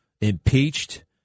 impeached